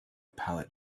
pallet